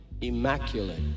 Immaculate